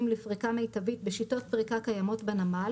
לפריקה מיטבית בשיטות פריקה קיימות בנמל,